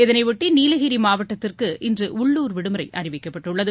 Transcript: இதனையொட்டி நீலகிரி மாவட்டத்திற்கு இன்று உள்ளுர் விடுமுறை அறிவிக்கப்பட்டுள்ளது